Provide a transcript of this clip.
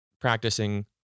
practicing